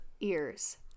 ears